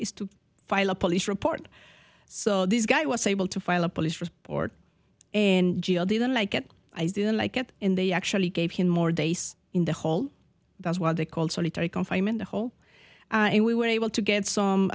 is to file a police report so this guy was able to file a police report and didn't like it i didn't like get in they actually gave him more days in the hole that's why they called solitary confinement a whole and we were able to get